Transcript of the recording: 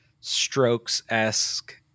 Strokes-esque